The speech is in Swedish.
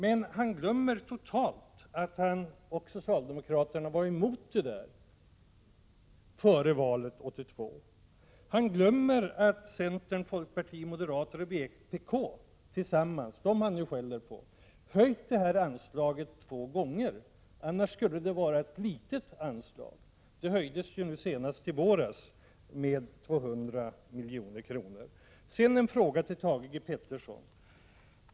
Men han glömmer totalt att han och socialdemokraterna var emot detta före valet 1982. Han glömmer att centern, folkpartiet, moderaterna och vpk tillsammans — de partier han nu skäller på — höjt detta anslag två gånger. Annars skulle det vara ett litet anslag. Det höjdes senast i våras med 200 miljoner. Jag vill till sist ställa en fråga till Thage G Peterson.